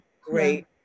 great